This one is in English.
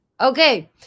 Okay